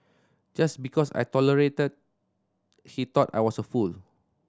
just because I tolerated he thought I was a fool